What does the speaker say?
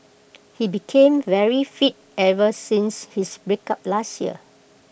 he became very fit ever since his breakup last year